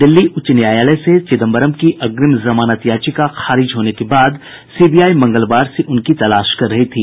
दिल्ली उच्च न्यायालय से चिदंबरम की अग्रिम जमानत याचिका खारिज होने के बाद सीबीआई मंगलवार से उनकी तलाश कर रही थी